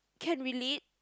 can relate